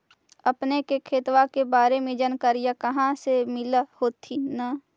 अपने के खेतबा के बारे मे जनकरीया कही से मिल होथिं न?